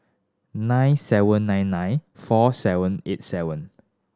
nine seven nine nine four seven eight seven